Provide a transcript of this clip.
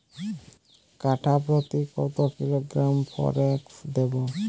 কাঠাপ্রতি কত কিলোগ্রাম ফরেক্স দেবো?